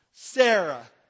Sarah